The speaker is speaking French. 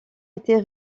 été